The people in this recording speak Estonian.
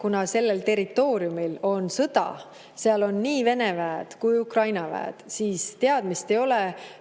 kuna sellel territooriumil on sõda, seal on nii Vene väed kui ka Ukraina väed, siis ei ole teadmist,